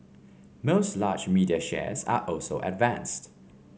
most large media shares also advanced